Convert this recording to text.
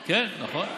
כן, נכון.